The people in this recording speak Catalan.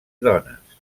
dones